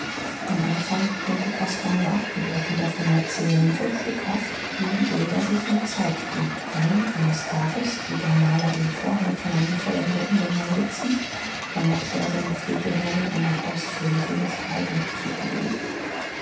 im anfang konnte caspar nur abgebrochen davon erzählen so stückhaft wie die bilder sich ihm zeigten dann eines tages wie der maler den vorhang von einem vollendeten gemälde zieht vermochte er seinem pflegeherrn eine ausführliche beschreibung zu geben